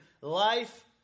life